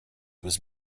was